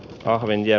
kahvin ja